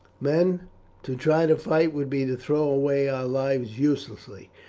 men to try to fight would be to throw away our lives uselessly,